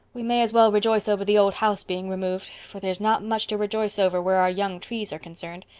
we may as well rejoice over the old house being removed, for there's not much to rejoice over where our young trees are concerned.